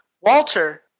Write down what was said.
Walter